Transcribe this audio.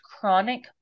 chronic